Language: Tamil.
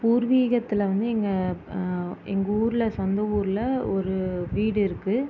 பூர்வீகத்தில் வந்து எங்கள் எங்கள் ஊரில் சொந்த ஊரில் ஒரு வீடு இருக்குது